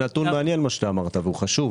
זה נתון מעניין מה שאמרת והוא חשוב.